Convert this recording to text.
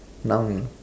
noun